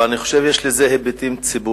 אבל אני חושב שיש לזה היבטים ציבוריים,